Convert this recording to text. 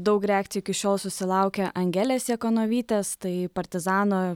daug reakcijų iki šiol susilaukia angelės jakonovytės tai partizano